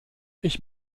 ich